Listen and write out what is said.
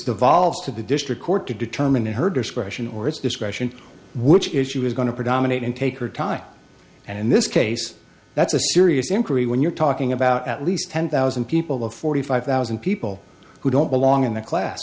devolves to the district court to determine her discretion or its discretion which issue is going to predominate in take her time and in this case that's a serious inquiry when you're talking about at least ten thousand people or forty five thousand people who don't belong in the class